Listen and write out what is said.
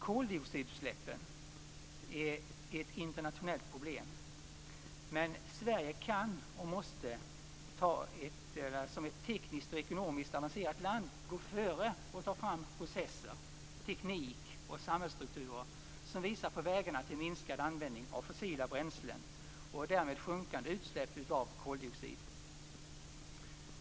Koldioxidutsläppen är ett internationellt problem, men Sverige kan och måste som ett tekniskt och ekonomiskt avancerat land gå före och ta fram processer, teknik och samhällsstrukturer som visar på vägarna till minskad användning av fossila bränslen och därmed till sjunkande utsläpp av koldioxid.